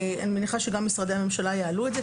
אני מניחה שגם משרדי הממשלה יעלו את זה,